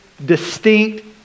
Distinct